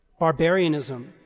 barbarianism